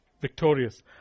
victorious